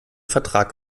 vertrag